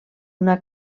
una